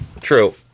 True